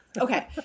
Okay